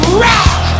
rock